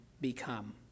become